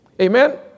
Amen